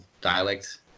dialect